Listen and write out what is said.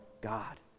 God